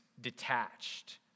detached